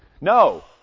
No